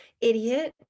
idiot